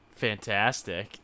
Fantastic